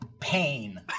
pain